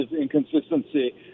inconsistency